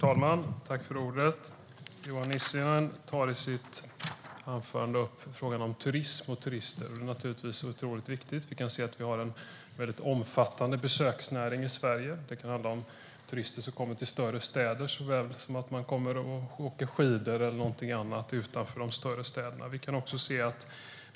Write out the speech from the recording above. Herr talman! Johan Nissinen tar i sitt anförande upp frågan om turism och turister, och det är naturligtvis otroligt viktigt. Vi har en omfattande besöksnäring i Sverige. Turister kommer till större städer såväl som till orter utanför de större städerna för att åka skidor och annat.